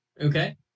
Okay